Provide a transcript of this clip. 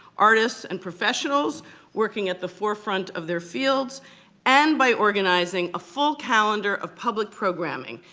artists, and professionals working at the forefront of their fields and by organizing a full calendar of public programming,